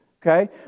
Okay